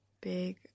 big